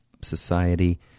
society